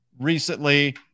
Recently